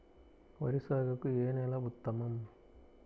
వరి సాగుకు ఏ నేల ఉత్తమం?